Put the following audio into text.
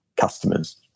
customers